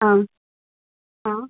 آں آں